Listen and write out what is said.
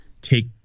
take